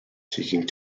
seeking